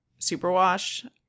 superwash